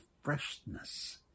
freshness